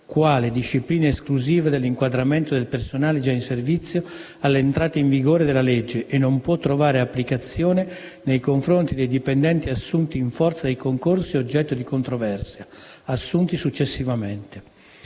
quale disciplina esclusiva dell'inquadramento del personale già in servizio all'entrata in vigore della legge e non può trovare applicazione nei confronti dei dipendenti assunti in forza dei concorsi oggetto di controversia, assunti successivamente.